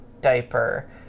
diaper